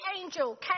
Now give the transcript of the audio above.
angel